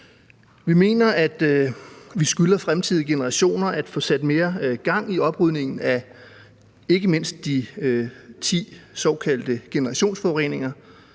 Vi mener, at vi skylder fremtidige generationer at få sat mere gang i oprydningen af ikke mindst de 10 såkaldte generationsforureninger,